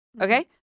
Okay